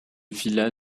vila